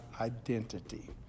identity